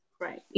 Right